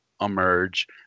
emerge